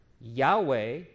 Yahweh